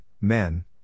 men